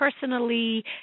personally